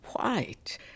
White